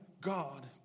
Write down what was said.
God